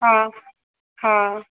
हा हा